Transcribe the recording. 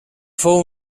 fou